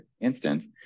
instance